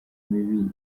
mibi